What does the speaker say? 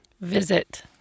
Visit